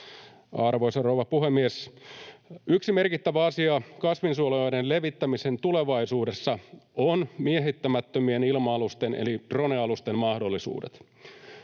Arvoisa rouva puhemies! Yksi merkittävä asia kasvinsuojeluaineiden levittämisen tulevaisuudessa on miehittämättömien ilma-alusten eli drone-alusten mahdollisuudet.